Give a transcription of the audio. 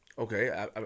Okay